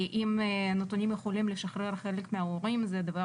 אם הנתונים יכולים לשחרר חלק מההורים זה הדבר